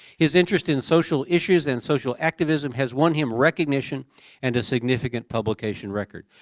his interest in social issues and social activism has won him recognition and a significant publication record.